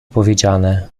powiedziane